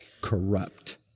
corrupt